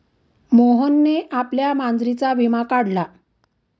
मोहनने आपल्या मांजरीचा विमा काढला